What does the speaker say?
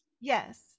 yes